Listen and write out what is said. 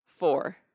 Four